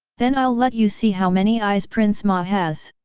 then i'll let you see how many eyes prince ma has!